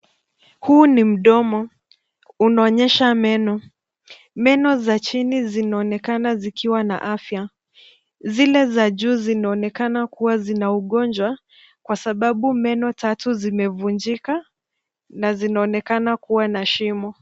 Huu ni mdomo. Unaonyesha meno. Meno za chini zinaonekana zikiwa na afya. Zile za juu zinaonekana kuwa zina ugonjwa kwa sababu meno tatu zimevunjika na zinaonekana kuwa na shimo.